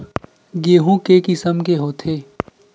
गेहूं के किसम के होथे?